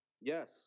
Yes